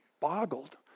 boggled